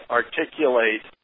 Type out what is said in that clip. articulate